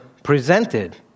Presented